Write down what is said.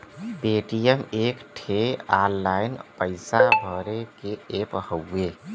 Paytm एक ठे online पइसा भरे के ऐप हउवे